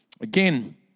Again